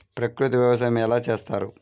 ప్రకృతి వ్యవసాయం ఎలా చేస్తారు?